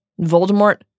Voldemort